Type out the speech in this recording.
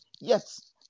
Yes